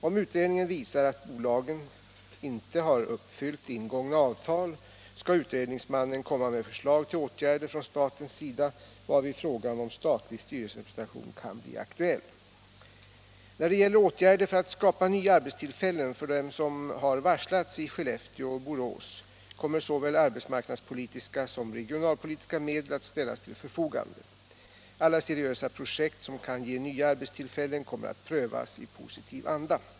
Om utredningen visar att bolagen inte har uppfyllt ingångna avtal skall utredningsmannen komma med förslag till åtgärder från statens sida, varvid frågan om statlig styrelserepresentation kan bli aktuell. När det gäller åtgärder för att skapa nya arbetstillfällen för dem som har varslats i Skellefteå och Borås kommer såväl arbetsmarknadspolitiska som regionalpolitiska medel att ställas till förfogande. Alla seriösa projekt som kan ge nya arbetstillfällen kommer att prövas i positiv anda.